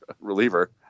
reliever